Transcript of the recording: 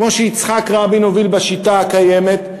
כמו שיצחק רבין הוביל בשיטה הקיימת,